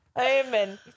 Amen